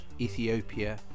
Ethiopia